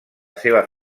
seva